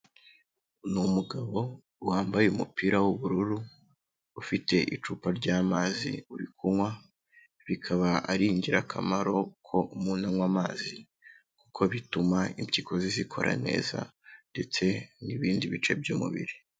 Ni umugabo wambaye umupira w'ubururu, ufite icupa ryamazi, uri kunywa, bikaba ari ingirakamaro ko umuntu anywa amazi kuko bituma impyiko ze zikora neza, ndetse n'ibindi bice by'umubiri.